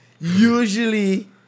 usually